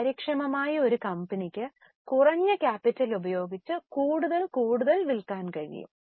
കാര്യക്ഷമമായ ഒരു കമ്പനിക്ക് കുറഞ്ഞ ക്യാപിറ്റൽ ഉപയോഗിച്ച് കൂടുതൽ കൂടുതൽ വിൽക്കാൻ കഴിയും